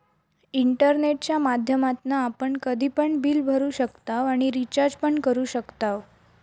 इंटरनेटच्या माध्यमातना आपण कधी पण बिल भरू शकताव आणि रिचार्ज पण करू शकताव